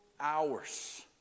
hours